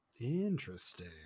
Interesting